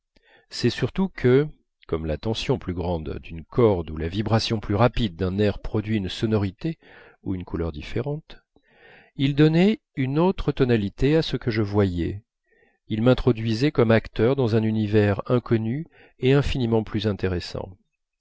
c'est surtout que comme la tension plus grande d'une corde ou la vibration plus rapide d'un nerf produit une sonorité ou une couleur différente il donnait une autre tonalité à ce que je voyais il m'introduisait comme acteur dans un univers inconnu et infiniment plus intéressant